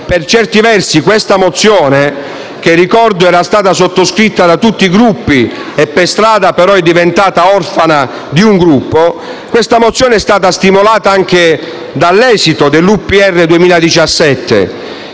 per certi versi questa mozione, che ricordo era stata sottoscritta da tutti i Gruppi e per strada però è diventata orfana di un Gruppo, è stata stimolata anche dall'esito dell'Universal